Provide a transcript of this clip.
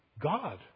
God